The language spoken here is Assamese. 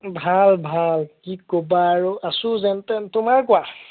ভাল ভাল কি ক'বা আৰু আছোঁ যেন তেন তোমাৰ কোৱা